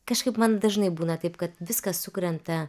kažkaip man dažnai būna taip kad viskas sukrenta